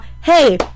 hey